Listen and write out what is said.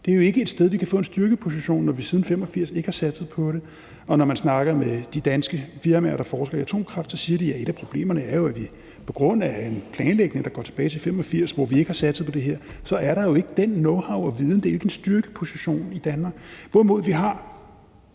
Det er jo ikke et område, hvor vi kan få en styrkeposition, når vi siden 1985 ikke har satset på det. Og når man snakker med de danske firmaer, der forsker i atomkraft, så siger de, at et af problemerne er, at på grund af en planlægning, der går tilbage til 1985, hvor vi lige siden ikke har satset på det her, så er der jo ikke den knowhow og viden. Det er ikke en styrkeposition i Danmark. Derimod har